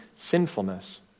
Sinfulness